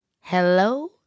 Hello